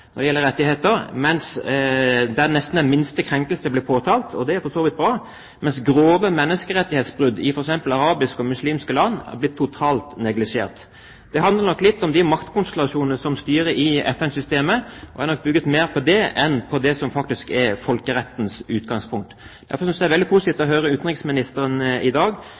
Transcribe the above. når det gjelder rettigheter, der nesten den minste krenkelse har blitt påtalt – det er for så vidt bra – mens grove menneskerettighetsbrudd, f.eks. i arabiske og muslimske land, har blitt totalt neglisjert. Det handler litt om de maktkonstellasjonene som styrer i FN-systemet, og er nok bygd mer på det enn på det som faktisk er folkerettens utgangspunkt. Derfor synes jeg det er veldig positivt å høre utenriksministeren i dag